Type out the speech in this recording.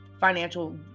financial